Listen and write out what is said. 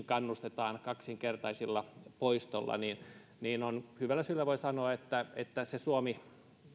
kannustetaan kaksinkertaisilla poistoilla niin niin hyvällä syyllä voi sanoa että että se suomi